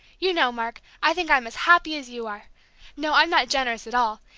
you know, mark, i think i'm as happy as you are no, i'm not generous at all!